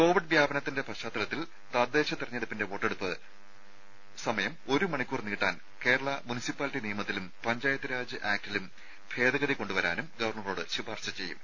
Covid വ്യാപനത്തിന്റെ പശ്ചാത്തലത്തിൽ തദ്ദേശ തെരഞ്ഞെടുപ്പിന്റെ വോട്ടെടുപ്പ് സമയം ഒരു മണിക്കൂർ നീട്ടാൻ കേരളാ മുനിസിപ്പാലിറ്റി നിയമത്തിലും പഞ്ചായത്ത് രാജ് ആക്ടിലും ഭേദഗതി കൊണ്ടുവരുന്നതിനും ഗവർണറോട് ശുപാർശ ചെയ്യും